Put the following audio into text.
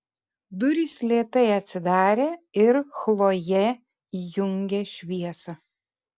durys lėtai atsidarė ir chlojė įjungė šviesą